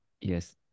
yes